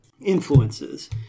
influences